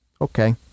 Okay